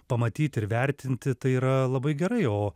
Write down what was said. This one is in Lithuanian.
pamatyti ir vertinti tai yra labai gerai o